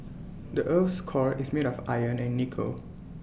the Earth's core is made of iron and nickel